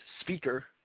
speaker